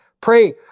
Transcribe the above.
Pray